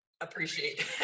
appreciate